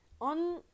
on